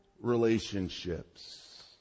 relationships